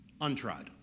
untried